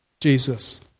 Jesus